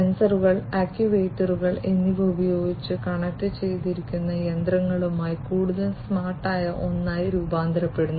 സെൻസറുകൾ ആക്യുവേറ്ററുകൾ എന്നിവ ഉപയോഗിച്ച് കണക്റ്റുചെയ്തിരിക്കുന്ന യന്ത്രങ്ങളുമായി കൂടുതൽ സ്മാർട്ടായ ഒന്നായി രൂപാന്തരപ്പെടുന്നു